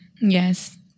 Yes